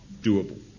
doable